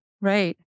Right